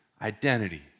identity